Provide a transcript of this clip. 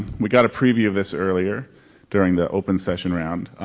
we got a preview of this earlier during the open session round.